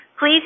please